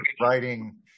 writing